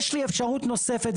יש לי אפשרות נוספת,